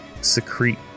secrete